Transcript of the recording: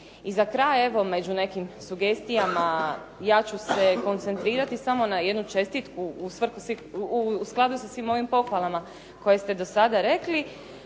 I za kraj evo među nekim sugestijama ja ću se koncentrirati samo na jednu čestitku u skladu sa svim ovim pohvalama koje ste do sada rekli.